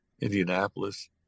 Indianapolis